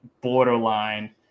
borderline